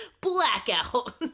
Blackout